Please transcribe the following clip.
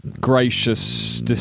gracious